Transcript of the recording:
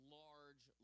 large